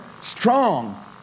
strong